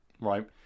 right